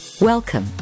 Welcome